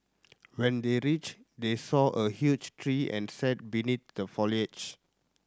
when they reached they saw a huge tree and sat beneath the foliage